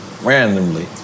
randomly